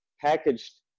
packaged